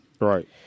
Right